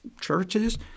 churches